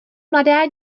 mladá